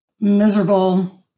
miserable